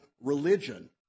religion